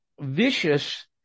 vicious